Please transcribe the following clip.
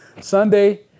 Sunday